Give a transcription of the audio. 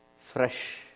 fresh